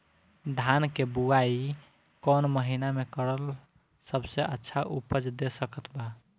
धान के बुआई कौन महीना मे करल सबसे अच्छा उपज दे सकत बा?